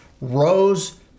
rose